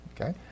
Okay